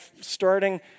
starting